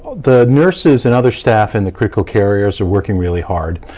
the nurses and other staff in the critical care areas are working really hard,